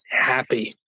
happy